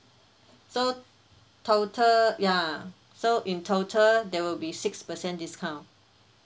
so total ya so in total there will be six percent discount